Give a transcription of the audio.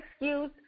excuse